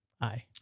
Aye